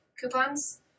coupons